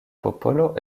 popolo